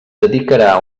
dedicarà